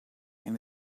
and